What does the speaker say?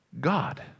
God